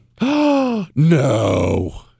No